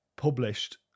published